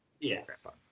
Yes